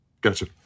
Gotcha